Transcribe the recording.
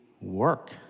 work